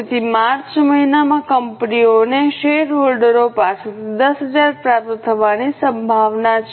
તેથી માર્ચ મહિનામાં કંપનીઓને શેરહોલ્ડરો પાસેથી 10000 પ્રાપ્ત થવાની સંભાવના છે